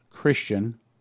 Christian